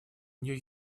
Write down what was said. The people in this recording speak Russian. нью